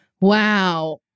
Wow